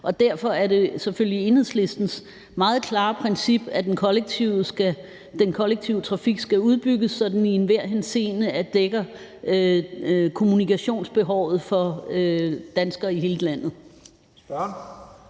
derfor er det selvfølgelig Enhedslistens meget klare princip, at den kollektive trafik skal udbygges, så den i enhver henseende dækker behovet for danskere i hele landet.